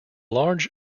large